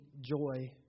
joy